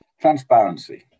transparency